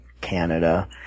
Canada